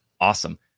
awesome